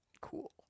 cool